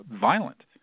violent